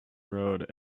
road